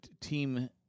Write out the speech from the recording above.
team